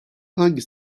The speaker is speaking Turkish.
hangi